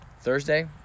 Thursday